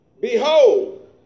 Behold